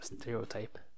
stereotype